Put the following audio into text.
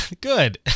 good